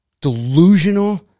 Delusional